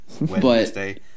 Wednesday